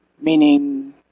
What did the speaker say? meaning